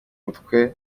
mutwe